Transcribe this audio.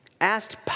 Asked